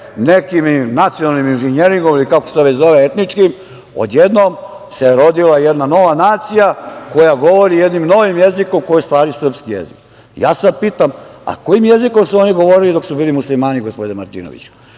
nekim nacionalnim inženjeringom, ili kako se to već zove, etničkim, odjednom se rodila jedna nova nacija koja govori jednim novim jezikom, koji je u stvari srpski jezik. Ja sad pitam – a kojim jezikom su oni govorili dok su bili muslimani, gospodine Martinoviću?